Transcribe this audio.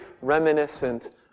reminiscent